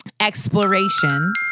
exploration